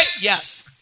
yes